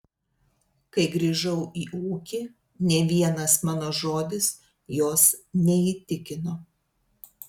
kai grįžau į ūkį nė vienas mano žodis jos neįtikino